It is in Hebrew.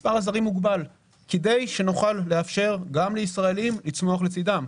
מספר הזרים מוגבל כדי שנוכל לאפשר גם לישראלים לצמוח לצידם.